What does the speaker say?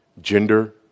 gender